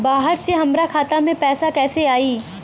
बाहर से हमरा खाता में पैसा कैसे आई?